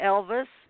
Elvis